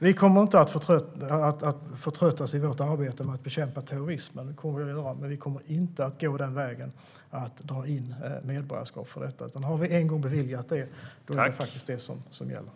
Vi kommer inte att förtröttas i vårt arbete med att bekämpa terrorismen, men vi kommer inte att gå vägen att dra in medborgarskap. Om vi en gång har beviljat det är det detta som gäller.